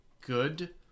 good